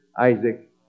Isaac